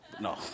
no